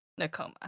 Nakoma